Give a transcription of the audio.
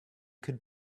could